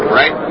right